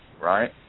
right